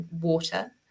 water